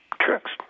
tricks